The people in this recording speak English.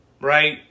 right